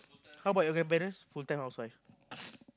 how about your grandparents full time housewife